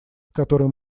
который